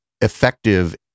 effective